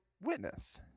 witness